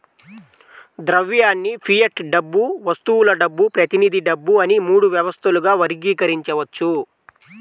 ద్రవ్యాన్ని ఫియట్ డబ్బు, వస్తువుల డబ్బు, ప్రతినిధి డబ్బు అని మూడు వ్యవస్థలుగా వర్గీకరించవచ్చు